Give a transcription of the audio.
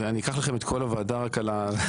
אני אקח לכם את כל הוועדה רק על זה.